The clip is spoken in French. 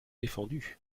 défendus